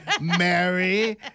Mary